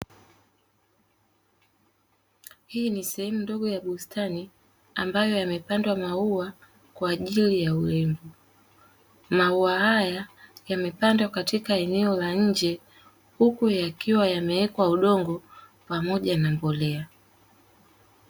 Hii ni sehemu ndogo ya bustani, ambayo yamepandwa maua kwa ajili ya urembo. Maua haya yamepandwa katika eneo la nje, huku yakiwa yamewekwa udongo pamoja na mbolea.